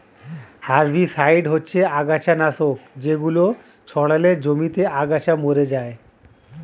herbicide হচ্ছে আগাছানাশক যেগুলো ছড়ালে জমিতে আগাছা মরে যায়